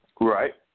Right